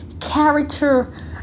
character